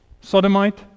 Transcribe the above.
sodomite